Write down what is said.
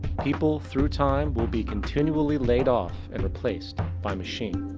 people through time will be continually layed off and replaced by machine.